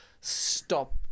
stop